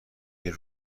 این